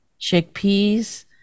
chickpeas